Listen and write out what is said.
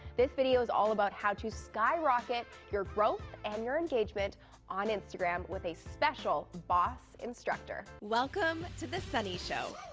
this video is all about how to sky rocket your growth and your engagement on instagram with a special boss instructor. welcome to the sunny show.